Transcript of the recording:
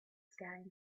sky